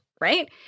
right